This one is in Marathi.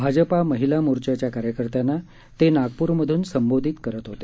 भाजपा महिला मोर्चाच्या कार्यकर्त्यांना ते नागपूर मधून संबोधित करत होते